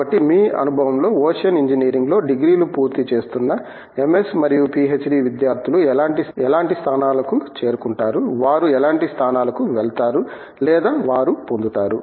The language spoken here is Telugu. కాబట్టి మీ అనుభవంలో ఓషన్ ఇంజనీరింగ్లో డిగ్రీలు పూర్తిచేస్తున్న ఎంఎస్ మరియు పిహెచ్డి విద్యార్థులు ఎలాంటి స్థానాలకును చేరుకుంటారు వారు ఎలాంటి స్థానాలకు వెళతారు లేదా వారు పొందుతారు